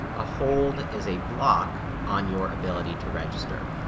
a hold is a block on your ability to register.